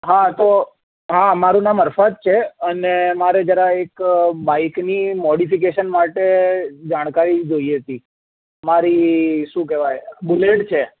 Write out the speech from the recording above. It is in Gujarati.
હા તો હા મારું નામ હર્ષદ છે અને મારે જરા એક બાઈકની મોડિફિકેશન માટે જાણકારી જોઈ હતી મારી શું કહેવાય બુલેટ છે